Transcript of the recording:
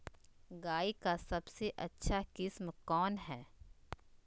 गाय का सबसे अच्छा किस्म कौन हैं?